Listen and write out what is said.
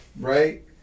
right